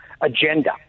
agenda